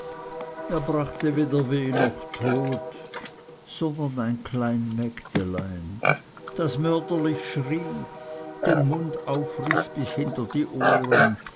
er brachte weder weh noch tod sondern ein klein mägdelein das mörderlich schrie den mund aufriß bis hinter die ohren